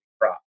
crop